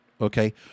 Okay